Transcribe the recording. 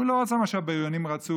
הוא לא רצה מה שהבריונים רצו,